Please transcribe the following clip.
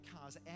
cars